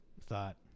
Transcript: thought